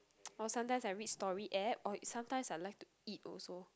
or sometimes I read story app or sometimes I like to eat also